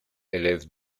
élève